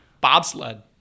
Bobsled